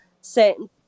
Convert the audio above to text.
certain